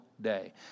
day